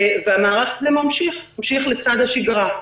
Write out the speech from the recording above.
המערך הזה ממשיך לצד השגרה.